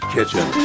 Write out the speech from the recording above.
Kitchen